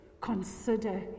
consider